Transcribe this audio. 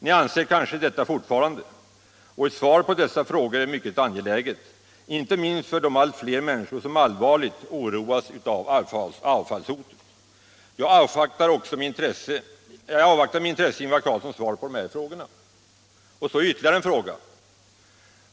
Ni kanske anser detta fortfarande, och ett svar på dessa frågor är mycket angeläget icke minst för de allt flera människor som allvarligt oroas av avfallshotet. Jag avvaktar med intresse Ingvar Carlssons svar på de här frågorna. Jag vill också ställa ytterligare en fråga.